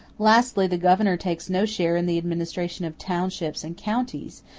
lastly, the governor takes no share in the administration of townships and counties,